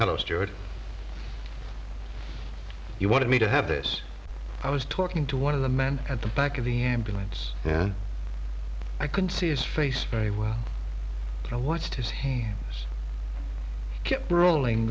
hello stuart you wanted me to have this i was talking to one of the men at the back of the ambulance and i can see his face very well i watched his hand keep rolling